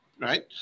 right